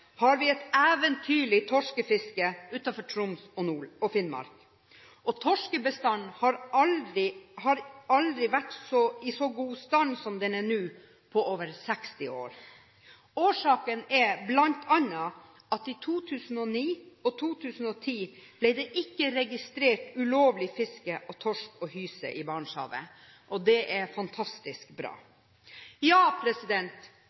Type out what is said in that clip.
har vi et eventyrlig torskefiske utenfor Troms og Finnmark. Torskebestanden har aldri vært i så god stand som den er nå, på over 60 år. Årsaken er bl.a. at det i 2009 og i 2010 ikke ble registrert ulovlig fiske av torsk og hyse i Barentshavet, og det er fantastisk bra. Ja,